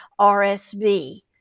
RSV